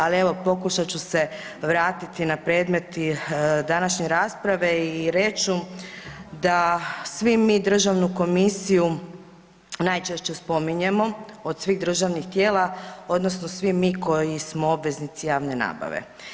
Ali evo pokušat ću se vratiti na predmet današnje rasprave i reći ću da svi mi državnu komisiju najčešće spominjemo od svih državnih tijela odnosno svi mi koji smo obveznici javne nabave.